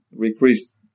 decreased